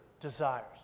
desires